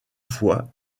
fois